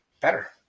better